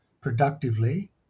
productively